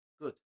good